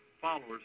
followers